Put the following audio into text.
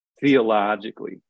theologically